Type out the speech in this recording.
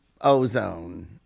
Ozone